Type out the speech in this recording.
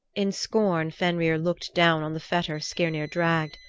in scorn fenrir looked down on the fetter skirnir dragged.